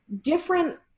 Different